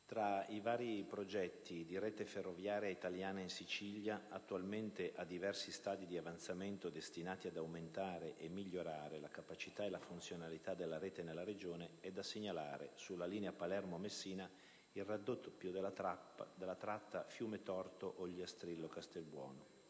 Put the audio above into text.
tra i vari progetti di Rete ferroviaria italiana in Sicilia, attualmente a diversi stadi di avanzamento destinati ad aumentare e migliorare la capacità e la funzionalità della rete nella Regione, è da segnalare sulla linea Palermo-Messina il raddoppio della tratta Fiumetorto- Ogliastrillo-Castelbuono.